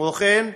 כמו כן,